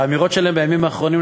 באמירות שלהם בימים האחרונים,